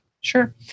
Sure